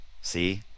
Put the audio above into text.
see